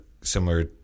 similar